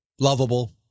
lovable